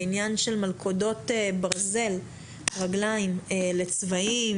בעניין של מלכודות ברזל רגליים לצבאים,